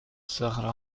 صخره